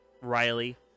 Riley